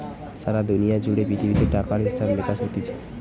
সারা দুনিয়া জুড়ে পৃথিবীতে টাকার হিসাব নিকাস হতিছে